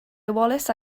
wallace